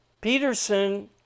Peterson